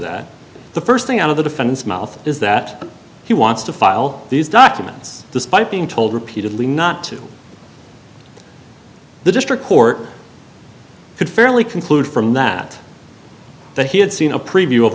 that the first thing out of the defendant's mouth is that he wants to file these documents despite being told repeatedly not to the district court could fairly conclude from that that he had seen a preview of